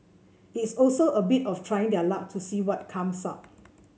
it's also a bit of trying their luck to see what comes up